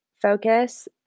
focus